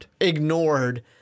ignored